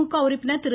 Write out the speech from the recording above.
திமுக உறுப்பினர் திரு